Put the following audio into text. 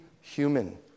human